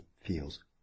feels